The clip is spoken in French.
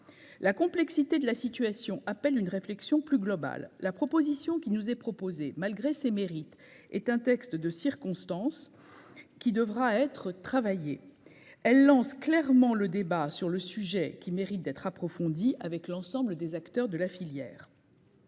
la complexité de la situation appelle une réflexion plus globale. La proposition qui nous est proposé. Malgré ses mérites, est un texte de circonstance. Qui devra être travaillée elle lance clairement le débat sur le sujet qui mérite d'être approfondie avec l'ensemble des acteurs de la filière.